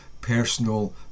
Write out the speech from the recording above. personal